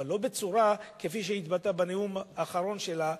אבל לא בצורה שהיא התבטאה בנאום האחרון שלה.